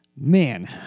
Man